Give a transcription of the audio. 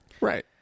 Right